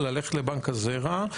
ללכת לבנק הזרע.